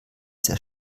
sehr